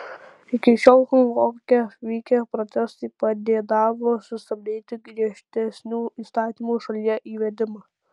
iki šiol honkonge vykę protestai padėdavo sustabdyti griežtesnių įstatymų šalyje įvedimą